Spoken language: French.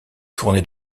tournées